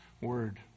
Word